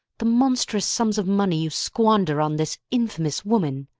the monstrous sums of money you squander on this infamous woman!